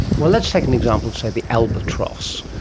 well, let's take an example of, say, the albatross.